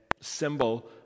symbol